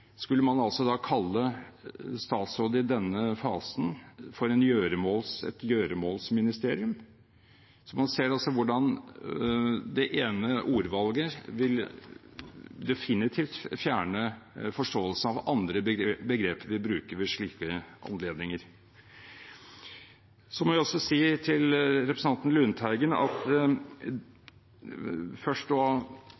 skulle man da kalle statsrådet i denne fasen for et gjøremålsministerium? Man ser hvordan det ene ordvalget definitivt vil fjerne forståelsen av andre begreper vi bruker ved slike anledninger. Så må jeg si til representanten Lundteigen at